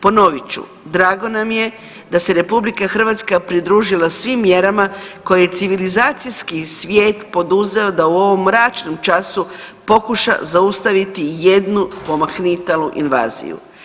Ponovit ću, drago nam je da se RH pridružila svim mjerama koje je civilizacijski svijet poduzeo da u ovom mračnom času pokuša zaustaviti jednu pomahnitalu invaziju.